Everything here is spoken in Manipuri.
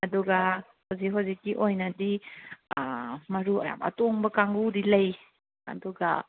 ꯑꯗꯨꯒ ꯍꯧꯖꯤꯛ ꯍꯧꯖꯤꯛꯀꯤ ꯑꯣꯏꯅꯗꯤ ꯃꯔꯨ ꯌꯥꯝ ꯑꯇꯣꯡꯕ ꯀꯥꯡꯒꯨꯗꯤ ꯂꯩ ꯑꯗꯨꯒ